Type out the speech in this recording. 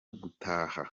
gutaha